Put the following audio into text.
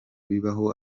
bibaho